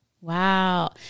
Wow